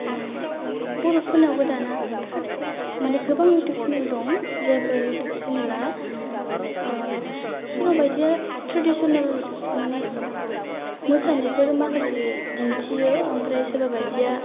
बर'फोरनावबो दाना गोबां इउथुब सेनेलफोर जों जायफोर इउथुब सेनेला ओ सोरबा बायदिया थ्रेदिसनेल माने मोसानायफोर माखासे दिन्थियो ओमफ्राय सोरबा बायदिया